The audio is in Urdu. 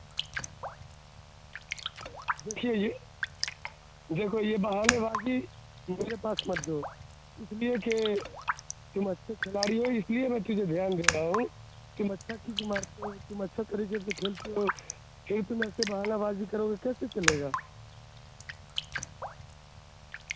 دیکھیے یہ دیکھو یہ بہانے بازی میرے پاس مت دو اس لیے کہ تم اچھے کھلاڑی ہو اس لیے میں تجھے دھیان دے رہا ہوں تم اچھا کیک مارتے ہو تم اچھا طریقے سے کھیلتے ہو کھیل تو ویسے بہانہ بازی کرو گے کیسے چلے گا